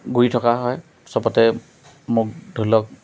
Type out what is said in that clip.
ঘূৰি থকা হয় চবতে মোক ধৰি লওক